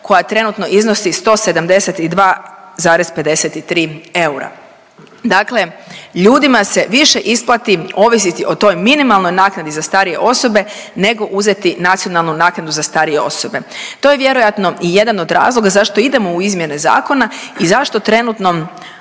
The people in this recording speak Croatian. koja trenutno iznosi 172,53 eura, dakle ljudima se više isplati ovisiti o toj minimalnoj naknadi za starije osobe nego uzeti nacionalnu naknadu za starije osobe. To je vjerojatno i jedan od razloga zašto idemo u izmjene zakona i zašto trenutno